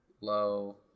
low